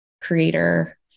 creator